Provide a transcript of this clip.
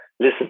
listen